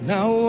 Now